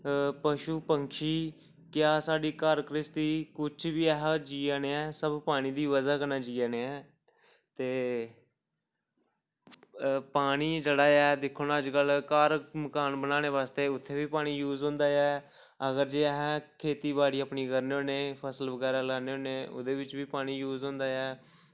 पशु पंशी क्या साढ़ी घर घ्रिस्ती कुछ बी अस जीआ ने आं सब पानी दी बजह् कन्नै जीआ ने आं ते पानी जेह्ड़ा ऐ दिक्खो ना अजकल्ल घर मकान बनाने बास्ते उत्थै बी पानी यूज होंदा ऐ अगर जे अस खेती बाड़ी अपनी करने होन्ने फसल बगैरा लान्ने होन्ने ओह्दे च बी पानी यूज होंदा ऐ